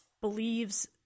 believes –